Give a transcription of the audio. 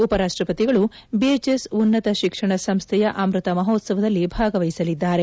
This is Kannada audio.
ಉಪರಾಷ್ಟ ಪತಿಗಳು ಬಿಎಚ್ಎಸ್ ಉನ್ನತ ಶಿಕ್ಷಣ ಸಂಸ್ಟೆಯ ಅಮೃತ ಮಹೋತ್ಸವದಲ್ಲಿ ಭಾಗವಹಿಲಿದ್ದಾರೆ